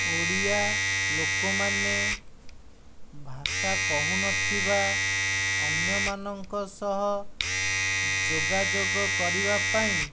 ଓଡ଼ିଆ ଲୋକମାନେ ଭାଷା କହୁନଥିବା ଅନ୍ୟମାନଙ୍କ ସହ ଯୋଗାଯୋଗ କରିବା ପାଇଁ